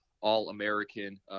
All-American